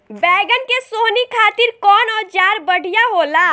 बैगन के सोहनी खातिर कौन औजार बढ़िया होला?